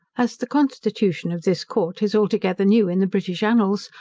as the constitution of this court is altogether new in the british annals,